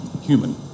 human